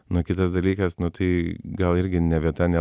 nu kitas dalykas nu tai gal irgi ne vieta ne